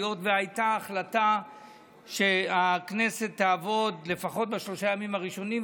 היות שהייתה החלטה שהכנסת תעבוד ולפחות בשלושת הימים הראשונים,